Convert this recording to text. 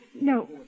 No